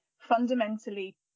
fundamentally